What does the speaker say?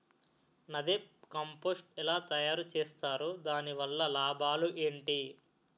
NADEP compost ఎలా తయారు చేస్తారు? దాని వల్ల లాభాలు ఏంటి?